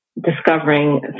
discovering